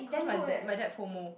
cause my dad my dad FOMO